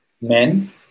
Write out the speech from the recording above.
men